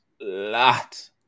lot